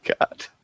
God